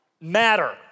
Matter